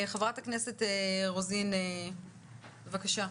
חברת הכנסת רוזין, בבקשה.